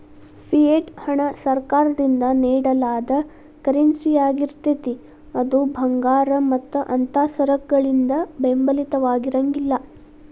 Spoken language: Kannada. ಫಿಯೆಟ್ ಹಣ ಸರ್ಕಾರದಿಂದ ನೇಡಲಾದ ಕರೆನ್ಸಿಯಾಗಿರ್ತೇತಿ ಅದು ಭಂಗಾರ ಮತ್ತ ಅಂಥಾ ಸರಕಗಳಿಂದ ಬೆಂಬಲಿತವಾಗಿರಂಗಿಲ್ಲಾ